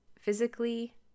physically